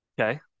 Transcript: Okay